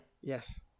Yes